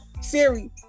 Siri